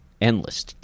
endless